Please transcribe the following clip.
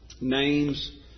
names